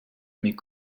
mes